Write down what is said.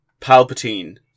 Palpatine